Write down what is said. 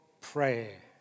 prayer